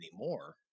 anymore